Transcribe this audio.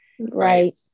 Right